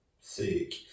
sick